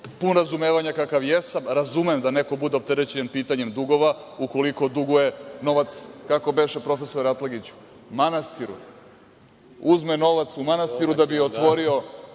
pun razumevanja kakav jesam, razumem da neko bude opterećen pitanjem dugova, ukoliko duguje novac, kako beše, profesore Atlagiću, manastiru, uzme novac manastiru da bi otvorio,